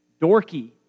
dorky